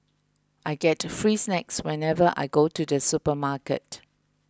I get free snacks whenever I go to the supermarket